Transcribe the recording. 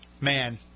man